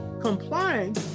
complying